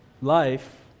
life